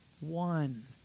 one